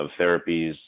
therapies